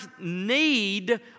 need